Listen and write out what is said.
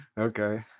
Okay